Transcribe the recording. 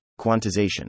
Quantization